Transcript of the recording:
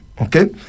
Okay